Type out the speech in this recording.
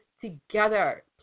together